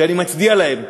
שאני מצדיע להם,